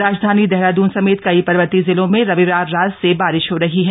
राजधानी देहरादन समेत कई पर्वतीय जिलों में रविवार रात से बारिश हो रही है